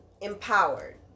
empowered